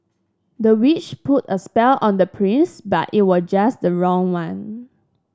the witch put a spell on the prince but it was just the wrong one